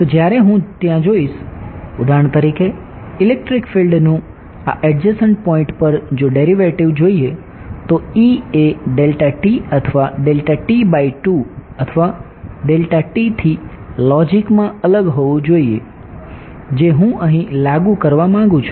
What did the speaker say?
તો જ્યારે હું ત્યાં જોઈશ ઉદાહરણ તરીકે ઇલેક્ટ્રીક ફિલ્ડ પર જો ડેરિવેટિવ જોઈએ તો E એ અથવા અથવા થી લોજિકમાં અલગ હોવું જોઈએ જે હું અહી લાગુ કરવા માંગુ છુ